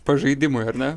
pažaidimui ar ne